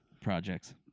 projects